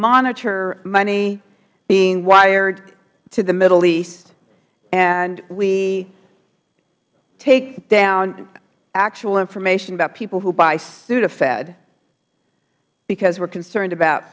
monitor money being wired to the middle east and we take down actual information about people who buy sudafed because we are concerned about